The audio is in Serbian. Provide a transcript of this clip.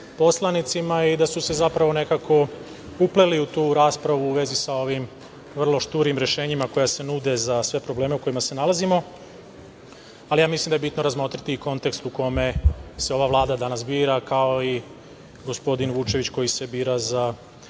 i da su se zapravo nekako upleli u tu raspravu u vezi sa ovim vrlo šturim rešenjima koja se nude za sve probleme u kojioma se nalazimo, ali ja mislim da je bitno razmotriti i kontekst u kome se ova Vlada danas bira, kao i gospodin Vučević koji se bira za